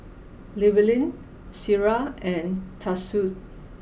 Llewellyn Ciera and Tatsuo